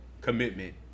commitment